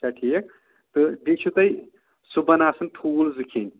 چھا ٹھیٖک تہٕ بیٚیہِ چھِو تۄہہِ صُبحَن آسان ٹھوٗل زٕ کھیٚنۍ